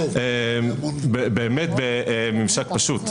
בממשק פשוט.